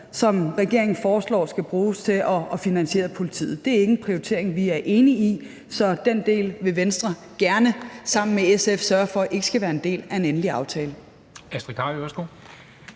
som regeringen foreslår skal bruges til at finansiere politiet. Det er ikke en prioritering, vi er enige i, så den del vil Venstre gerne sammen med SF sørge for ikke skal være en del af en endelig aftale. Kl.